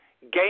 game